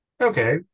okay